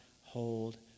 hold